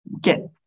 get